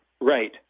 Right